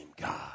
God